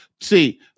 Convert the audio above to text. See